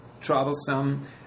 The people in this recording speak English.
troublesome